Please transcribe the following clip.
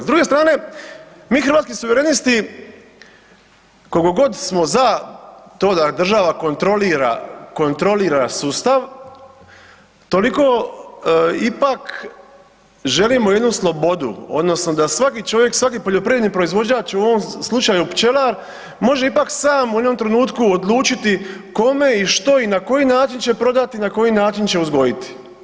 S druge strane, mi Hrvatski suverenisti koliko god smo za to da država kontrolira sustav, toliko ipak želimo jednu slobodu, odnosno da svaki čovjek, svaki poljoprivredni proizvođač, u ovom slučaju pčelar može ipak sam u jednom trenutku odlučiti kome i što i na koji način će prodati i na koji način će uzgojiti.